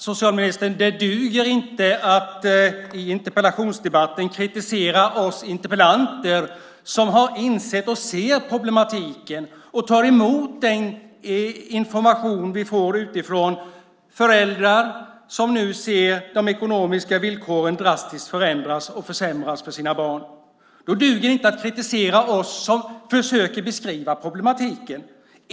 Fru talman! Det duger inte, socialministern, att i interpellationsdebatten kritisera oss interpellanter som har insett och ser problematiken och som tar emot den information vi får från föräldrar som nu ser de ekonomiska villkoren drastiskt förändras och försämras för sina barn. Då duger det inte att kritisera oss som försöker beskriva problematiken.